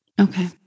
Okay